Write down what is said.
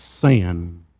sin